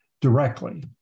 directly